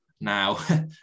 now